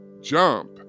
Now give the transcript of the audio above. jump